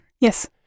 Yes